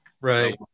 Right